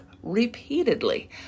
repeatedly